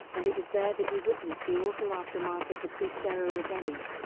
and it was there that he witnessed the awful aftermath of the cristero rebellion.